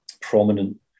prominent